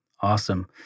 Awesome